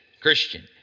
Christian